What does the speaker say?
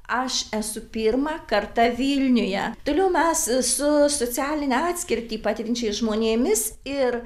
aš esu pirmą kartą vilniuje toliau mes su socialinę atskirtį patiriančiais žmonėmis ir